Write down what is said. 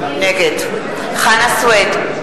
נגד חנא סוייד,